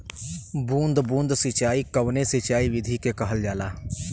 बूंद बूंद सिंचाई कवने सिंचाई विधि के कहल जाला?